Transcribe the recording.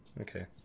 okay